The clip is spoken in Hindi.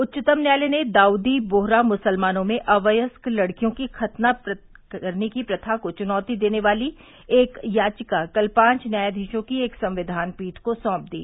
उच्चतम न्यायालय ने दाऊदी बोहरा मुसलमानों में अवयस्क लड़कियों की खतना करने की प्रथा को चुनौती देने वाली एक याचिका कल पांच न्यायाधीशों की संक्विन पीठ को सौंप दी